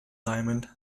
diamond